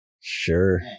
Sure